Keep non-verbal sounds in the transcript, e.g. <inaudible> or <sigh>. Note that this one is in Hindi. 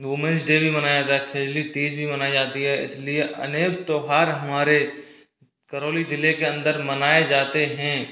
वुमेंस डे भी मनाया जाता है <unintelligible> तीज भी मनाई जाती है इसलिए अनेक त्योहार हमारे करौली ज़िले के अंदर मनाये जाते हैं